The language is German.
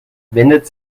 wendet